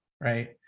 right